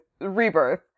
Rebirth